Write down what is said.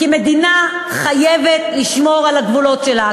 כי מדינה חייבת לשמור על הגבולות שלה.